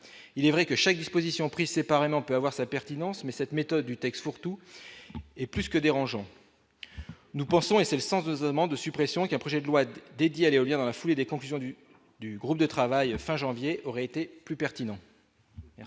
il est vrai que chaque disposition pris séparément peut avoir sa pertinence mais cette méthode du texte fourre-tout et puisque dérangeant, nous pensons, et c'est le sens de demandes de suppression qui a, projet de loi d'dédié à l'éolien dans la foulée des conclusions du du groupe de travail fin janvier aurait été plus pertinent.